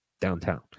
downtown